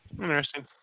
Interesting